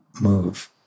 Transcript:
move